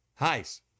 Heist